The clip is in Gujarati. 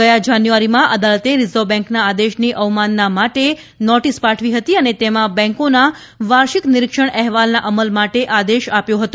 ગયા જાન્યુઆરીમાં અદાલતે રીઝર્વ બેન્કના આદેશની અવમાનના માટે નોટીસ પાઠવી હતી અને તેમાં બેન્કોના વાર્ષિક નીરિક્ષણ અહેવાલના અમલ માટે આદેશ આપ્યો હતો